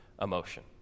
emotion